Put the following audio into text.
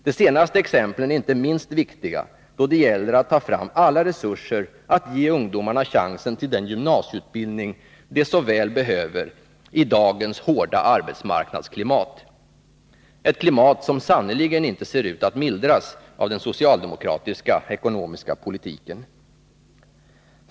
De senaste exemplen är inte minst viktiga, då det gäller att ta fram alla resurser för att ge ungdomarna chansen till den gymnasieutbildning de så väl behöver i dagens hårda arbetsmarknadsklimat, ett klimat som sannerligen inte ser ut att mildras av den socialdemokratiska ekonomiska politiken.